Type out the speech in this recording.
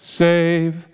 save